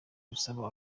bigusaba